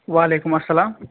وعَلَیکُم اَسَلام